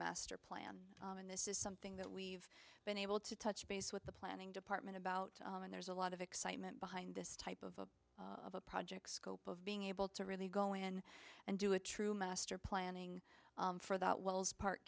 master plan and this is something that we've been able to touch base with the planning department about and there's a lot of excitement behind this type of a project scope of being able to really go in and do a true master planning for that wells part